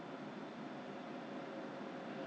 so membership include free delivery